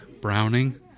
Browning